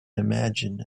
imagine